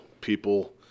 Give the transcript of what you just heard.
people